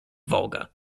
volga